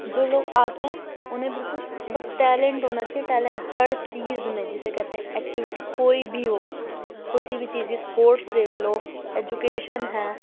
جو لوگ آتے ہیں اُنہیں بالكل بس ٹیلینٹ ہونا چاہیے ٹیلنیٹ ہر چیز میں جسے کہتے ہیں ایكٹیویٹی كوئی بھی ہو كوٮٔی سی بھی چیز ہے اسپورٹس دیکھ لو ایجوکیشن ہے